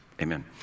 Amen